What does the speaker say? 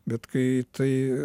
bet kai tai